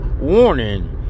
warning